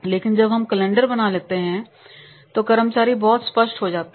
लेकिन जब हम कैलेंडर बना लेते हैं तो कर्मचारी बहुत स्पष्ट हो जाते हैं